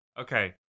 Okay